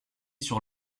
sur